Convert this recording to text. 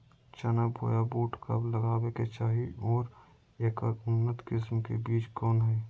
चना बोया बुट कब लगावे के चाही और ऐकर उन्नत किस्म के बिज कौन है?